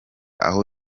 aho